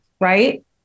right